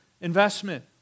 investment